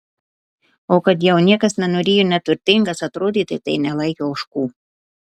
o kad jau niekas nenorėjo neturtingas atrodyti tai nelaikė ožkų